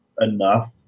enough